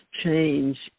change